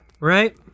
right